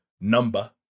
number